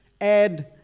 add